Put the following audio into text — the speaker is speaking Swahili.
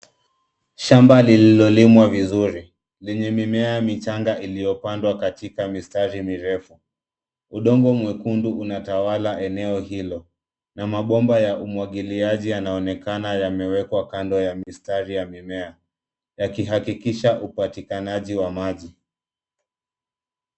Shamba lililolimwa vizuri, lenye mimea michanga iliyopandwa katika mistari mirefu. Udongo mwekundu unatawala eneo hilo, na mabomba ya umwagiliaji yanaonekana yamewekwa kando ya mistari ya mimea, yakihakikisha upatikanaji wa maji.